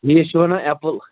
بیٚیِس چھِ وَنان ایپُل